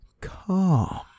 calm